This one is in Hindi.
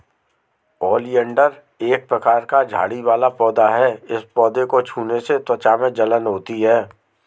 ओलियंडर एक प्रकार का झाड़ी वाला पौधा है इस पौधे को छूने से त्वचा में जलन होती है